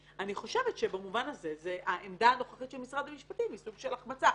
חושבת שהעמדה הנוכחית של משרד המשפטים היא סוג של החמצה,